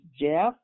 Jeff